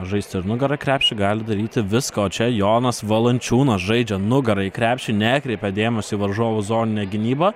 žaisti ir nugara krepšį gali daryti viską o čia jonas valančiūnas žaidžia nugara į krepšį nekreipia dėmesio į varžovų zoninę gynybą